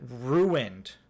ruined